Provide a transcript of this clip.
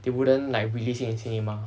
they wouldn't like release it in cinema